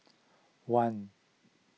one